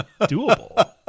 doable